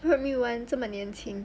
primary one 这么年轻